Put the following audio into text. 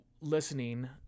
listening